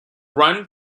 run